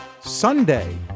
Sunday